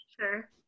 Sure